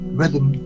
rhythm